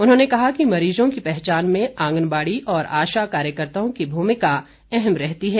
उन्होंने कहा कि मरीजों की पहचान में आंगनबाड़ी और आशा कार्यकर्ताओं की भूमिका अहम रहती है